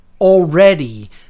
already